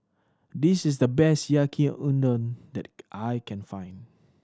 this is the best Yaki Udon that I can find